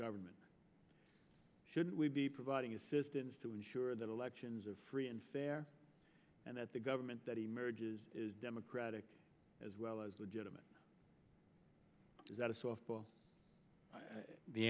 government should we be providing assistance to ensure that elections are free and fair and that the government that emerges is democratic as well as legitimate is not a softball the